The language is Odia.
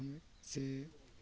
ଓ ସେ